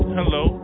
Hello